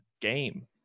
game